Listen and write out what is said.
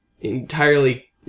entirely